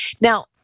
now